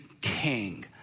king